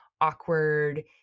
awkward